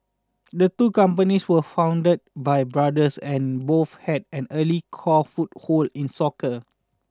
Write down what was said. the two companies were founded by brothers and both had an early core foothold in soccer